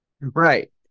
right